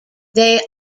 they